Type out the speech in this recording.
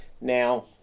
Now